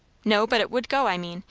no, but it would go, i mean,